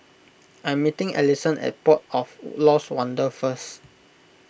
I'm meeting Alisson at Port of Lost Wonder first